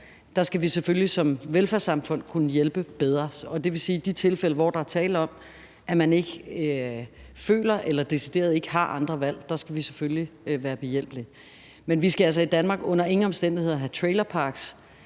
Der skal vi selvfølgelig som velfærdssamfund kunne hjælpe bedre, og det vil sige, at i de tilfælde, hvor der er tale om, at man ikke føler, at man har – eller man decideret ikke har – andre valg, skal vi selvfølgelig være behjælpelige. Men vi skal altså i Danmark under ingen omstændigheder have trailerparker.